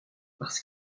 parce